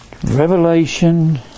Revelation